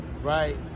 Right